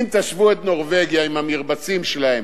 אם תשוו את נורבגיה עם המרבצים שלהם,